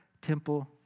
temple